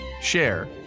share